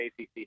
ACC